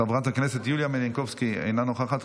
חברת הכנסת יוליה מלינובסקי, אינה נוכחת,